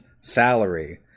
salary